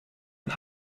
and